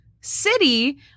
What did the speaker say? city